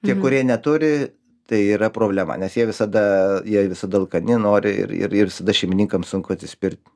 tie kurie neturi tai yra problema nes jie visada jie visada alkani nori ir ir ir visada šeimininkam sunku atsispirt